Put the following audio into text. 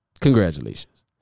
Congratulations